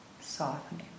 softening